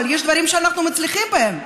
אבל יש דברים שאנחנו מצליחים בהם,